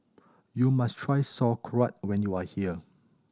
you must try Sauerkraut when you are here